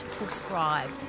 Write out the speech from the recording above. subscribe